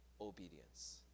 obedience